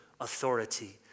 authority